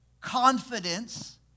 confidence